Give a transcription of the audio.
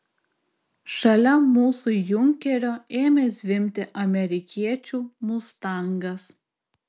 šalia mūsų junkerio ėmė zvimbti amerikiečių mustangas